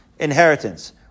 Inheritance